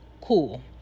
Cool